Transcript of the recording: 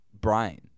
brain